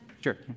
Sure